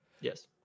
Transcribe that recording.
Yes